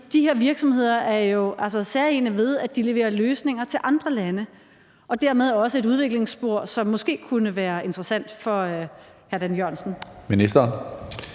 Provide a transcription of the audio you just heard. de her virksomheder er jo særegne ved, at de leverer løsninger til andre lande, og det er dermed også et udviklingsspor, som måske kunne være interessant for ministeren